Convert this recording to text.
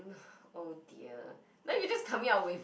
oh dear no you're just coming up with